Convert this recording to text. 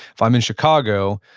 if i'm in chicago,